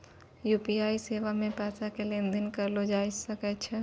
UPI सेबा से पैसा के लेन देन करलो जाय सकै छै